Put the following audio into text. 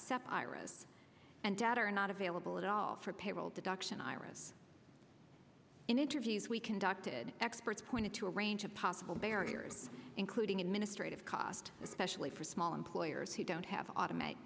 step iras and data are not available at all for payroll deduction iris in interviews we conducted experts pointed to a range of possible barriers including administrative cost specially for small employers who don't have automated